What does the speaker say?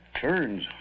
turns